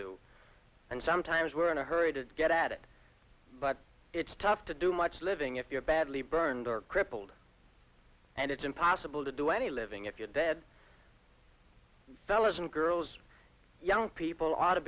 do and sometimes we're in a hurry to get at it but it's tough to do much living if you're badly burned or crippled and it's impossible to do any live if you're dead fellows and girls young people ought to